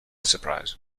surprise